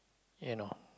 eh no